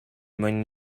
mwyn